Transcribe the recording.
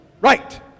Right